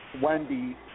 Wendy